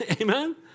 Amen